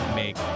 make